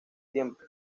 tiempo